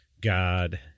God